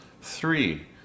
Three